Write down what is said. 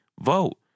vote